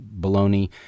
baloney